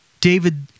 David